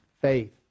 faith